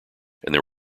their